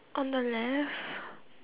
on the left